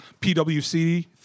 PWC